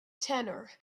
tenor